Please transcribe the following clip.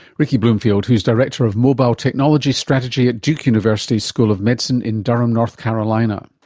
ricky bloomfield, who is director of mobile technology strategy at duke university's school of medicine in durham north carolina.